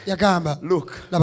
look